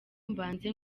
mbanze